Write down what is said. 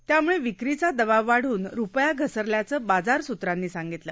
त्यामुळे विक्रीचा दबाव वाढून रुपया घसरल्याचं बाजारसूत्रांनी सांगितलं